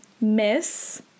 Miss